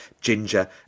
ginger